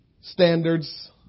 standards